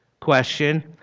question